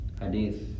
Hadith